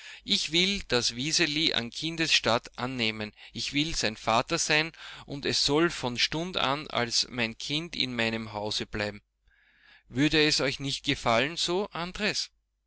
ich will das wiseli an kindes statt annehmen ich will sein vater sein und es soll von stund an als mein kind in meinem hause bleiben würde es euch nicht gefallen so andres